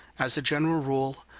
as a general rule,